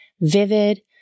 vivid